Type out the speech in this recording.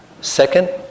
Second